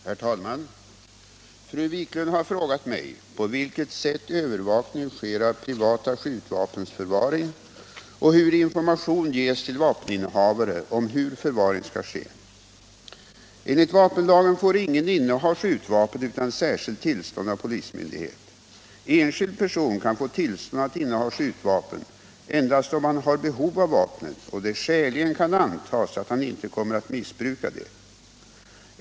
Herr talman! Fru Wiklund har frågat mig på vilket sätt övervakning sker av privata skjutvapens förvaring och hur information ges till vapeninnehavare om hur förvaring skall ske. Enligt vapenlagen får ingen inneha skjutvapen utan särskilt tillstånd av polismyndighet. Enskild person kan få tillstånd att inneha skjutvapen endast om han har behov av vapnet och det skäligen kan antas att han inte kommer att missbruka det.